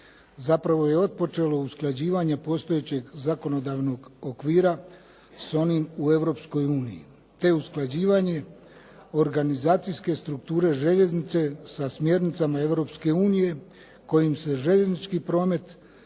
zapravo je otpočelo usklađivanje postojećeg zakonodavnog okvira s onim u Europskoj uniji te usklađivanje organizacijske strukture željeznice sa smjernicama Europske unije kojim se željeznički promet